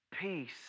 peace